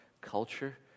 culture